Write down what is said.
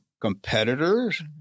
competitors